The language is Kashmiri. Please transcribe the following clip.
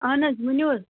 اَہَن حظ ؤنِو حظ